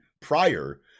prior